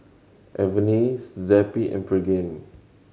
Avene Zappy and Pregain